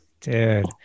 Dude